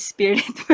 Spirit